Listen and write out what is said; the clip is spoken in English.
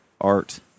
art